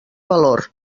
valor